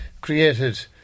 created